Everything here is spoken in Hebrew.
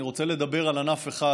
אני רוצה לדבר על ענף אחד